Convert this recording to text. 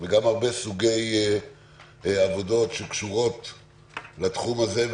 סוג העבודות האלה,